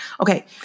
Okay